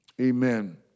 Amen